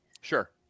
Sure